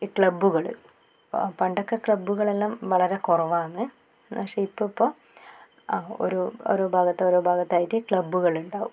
ഈ ക്ലബ്ബുകൾ പണ്ടൊക്കെ ക്ലബ്ബുകൾ എല്ലാം വളരെ കുറവാന്ന് പക്ഷേ ഇപ്പോൾ ഇപ്പോൾ ഓരോഓരോ ഭാഗത്ത് ഓരോ ഭാഗത്തായിട്ട് ക്ലബ്ബുകൾ ഉണ്ടാകും